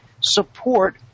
support